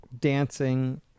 dancing